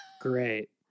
great